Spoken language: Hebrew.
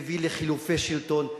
מביא לחילופי שלטון,